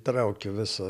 traukė visą